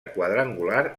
quadrangular